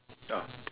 ah